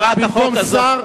במקום שר,